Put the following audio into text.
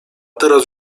teraz